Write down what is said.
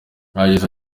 yagize